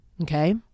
Okay